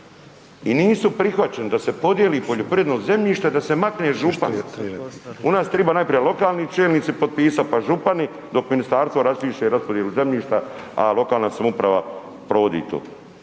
I nisu prihvaćeni da se podijeli poljoprivredno zemljište, da se makne župan, u vas triba najprije lokalni čelnici potpisati, pa župani, dok ministarstvo raspiše raspodjelu zemljišta, a lokalna samouprava provodi to.